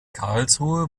karlsruhe